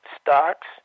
stocks